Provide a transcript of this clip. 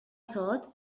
thought